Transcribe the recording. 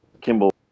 Kimball